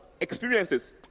experiences